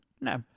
No